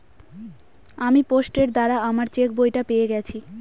আমি পোস্টের দ্বারা আমার চেকবইটা পেয়ে গেছি